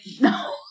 no